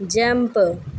jump